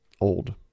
old